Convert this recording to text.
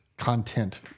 content